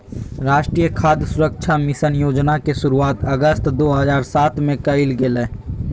राष्ट्रीय खाद्य सुरक्षा मिशन योजना के शुरुआत अगस्त दो हज़ार सात में कइल गेलय